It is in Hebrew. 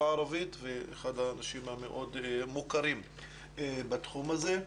הערבית ואחד האנשים המאוד מוכרים בתחום הזה.